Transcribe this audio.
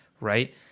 right